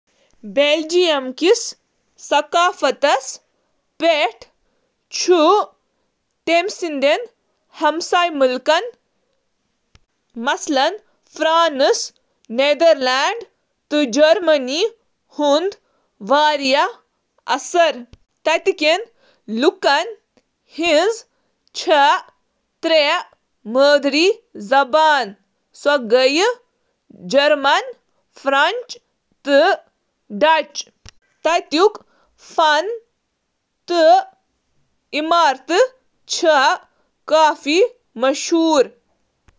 بیلجیمُک ثقافت چُھ امکہٕ تٲریخہٕ سۭتۍ متٲثر تہٕ اتھ منٛز چِھ واریاہ پہلو شٲمل، یتھ کٔنۍ زبان، کھیٛن، فن تہٕ تہوار: